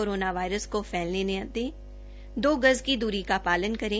corona virus को फैलने न दें दो गज की दूरी का पालन करें